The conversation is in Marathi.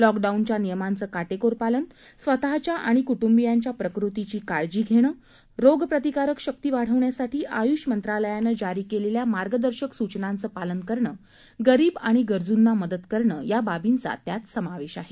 लॉकडाऊनच्या नियमांचं काटेकोर पालन स्वतःच्या आणि कुटुंबियांच्या प्रकृतीची काळजी घेणं रोगप्रतिकारक शक्ती वाढवण्यासाठी आयुष मंत्रालयानं जारी केलेल्या मार्गदर्शक सूचनांच पालन करणं गरीब आणि गरजूंना मदत करणं या बाबींचा त्यात समावेश आहे